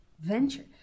venture